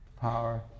power